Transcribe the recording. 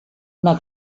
una